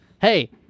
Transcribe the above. Hey